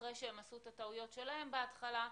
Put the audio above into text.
אחרי שעשו את הטעויות שלהם בהתחלה,